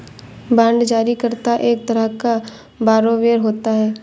bond जारी करता एक तरह का बारोवेर होता है